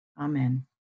amen